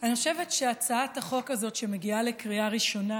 אני חושבת שהצעת החוק הזאת שמגיעה לקריאה ראשונה